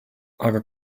aga